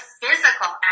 physical